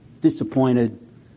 disappointed